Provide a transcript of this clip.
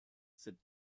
cette